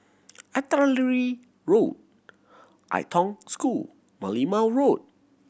Artillery Road Ai Tong School Merlimau Road